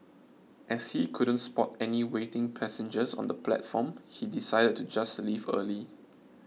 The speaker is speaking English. as he couldn't spot any waiting passengers on the platform he decided to just leave early